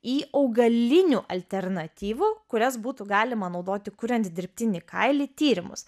į augalinių alternatyvų kurias būtų galima naudoti kuriant dirbtinį kailį tyrimus